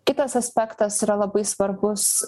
kitas aspektas yra labai svarbus